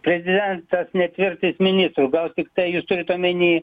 prezidentas netvirtins ministrų gal tiktai jūs turit omeny